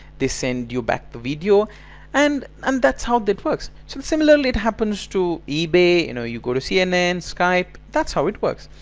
they send you back the video and um that's how that works. similarly it happens to ebay. you know you go to cnn, skype that's how it works!